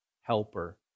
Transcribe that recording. helper